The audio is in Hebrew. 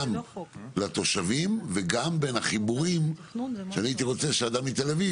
גם לתושבים וגם בין החיבורים שאני הייתי רוצה שאדם מתל אביב,